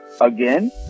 again